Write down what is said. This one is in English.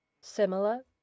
similar